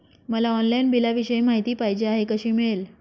मला ऑनलाईन बिलाविषयी माहिती पाहिजे आहे, कशी मिळेल?